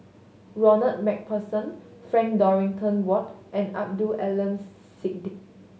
Ronald Macpherson Frank Dorrington Ward and Abdul Aleem